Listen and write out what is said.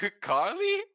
Carly